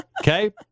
Okay